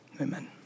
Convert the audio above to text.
amen